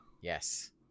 Yes